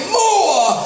more